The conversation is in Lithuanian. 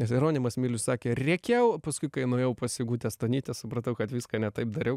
nes jeronimas milius sakė rėkiau paskui kai nuėjau pas sigutę stonytę supratau kad viską ne taip dariau